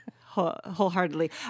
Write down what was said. wholeheartedly